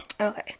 Okay